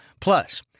Plus